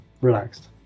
relaxed